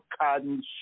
Cotton